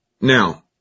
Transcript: Now